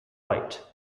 lite